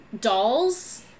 dolls